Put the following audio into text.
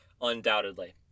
undoubtedly